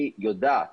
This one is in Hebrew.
היא יודעת